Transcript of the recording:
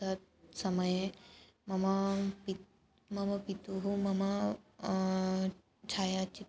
तत् समये मम पिता मम पिता मम छायाचित्रं